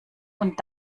und